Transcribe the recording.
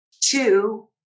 two